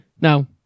No